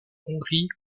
hongrie